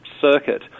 circuit